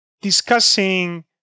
discussing